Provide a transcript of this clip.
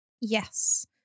Yes